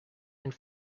and